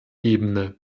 ebene